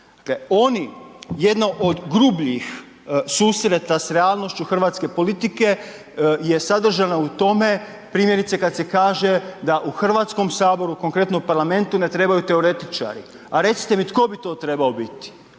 dakle oni, jedno od grubljih susreta s realnošću hrvatske politike je sadržano u tome primjerice kad se kaže da u HS, konkretno parlamentu ne trebaju teoretičari, a recite mi tko bi to trebao biti?